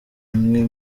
imwe